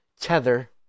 Tether